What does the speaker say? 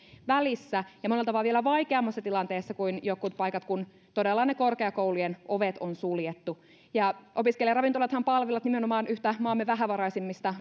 välissä monet ovat vielä vaikeammassa tilanteessa kuin jotkut paikat kun todella korkeakoulujen ovet on suljettu opiskelijaravintolathan palvelevat nimenomaan yhtä maamme vähävaraisimmista